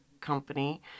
Company